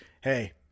hey